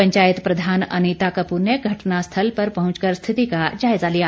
पंचायत प्रधान अनीता कपूर ने घटना स्थल पर पहुंच कर स्थिति का जायज़ा लिया